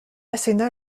asséna